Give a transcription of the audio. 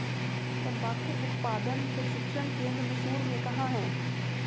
तंबाकू उत्पादन प्रशिक्षण केंद्र मैसूर में कहाँ है?